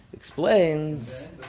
explains